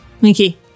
Mickey